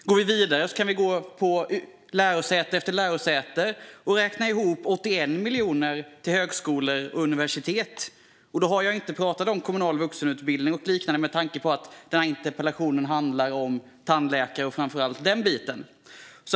Vi kan gå vidare lärosäte för lärosäte och räkna ihop 81 miljoner kronor till högskolor och universitet. Då har jag inte pratat om kommunal vuxenutbildning och liknande med tanke på att denna interpellation handlar om framför allt tandläkare.